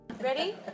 Ready